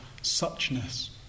suchness